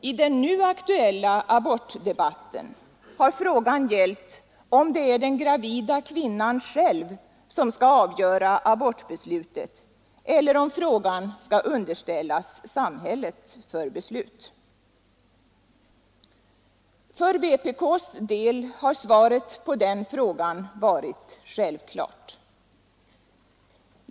I den nu aktuella abortdebatten har frågan gällt om det är den gravida kvinnan själv som skall avgöra abortbeslutet eller om frågan skall underställas samhället för beslut. För vpk:s del har svaret på den frågan varit självklart.